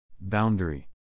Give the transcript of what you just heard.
Boundary